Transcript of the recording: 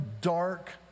dark